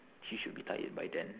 she should be tired by then